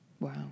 wow